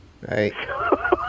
Right